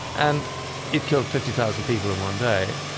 and it killed fifty thousand people in one day.